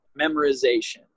memorization